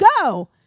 go